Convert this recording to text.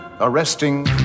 arresting